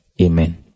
Amen